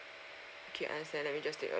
okay understand let me just take a